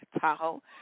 Tahoe